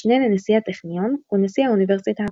משנה לנשיא הטכניון ונשיא האוניברסיטה הפתוחה.